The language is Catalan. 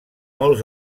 molts